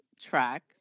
track